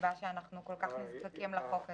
הסיבה לכך שאנחנו כל כך זקוקים לחוק הזה.